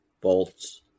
bolts